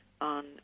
on